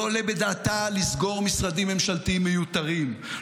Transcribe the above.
לא עולה בדעתה לסגור משרדים ממשלתיים מיותרים,